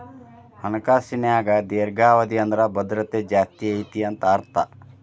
ಹಣಕಾಸಿನ್ಯಾಗ ದೇರ್ಘಾವಧಿ ಅಂದ್ರ ಭದ್ರತೆ ಜಾಸ್ತಿ ಐತಿ ಅಂತ ಅರ್ಥ